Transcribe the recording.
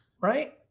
right